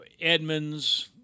Edmonds